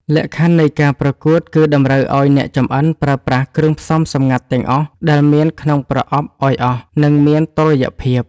លក្ខខណ្ឌនៃការប្រកួតគឺតម្រូវឱ្យអ្នកចម្អិនប្រើប្រាស់គ្រឿងផ្សំសម្ងាត់ទាំងអស់ដែលមានក្នុងប្រអប់ឱ្យអស់ និងមានតុល្យភាព។